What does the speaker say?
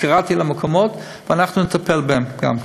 קראתי למקומות ההם ואנחנו נטפל גם בהם.